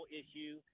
issue